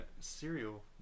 cereal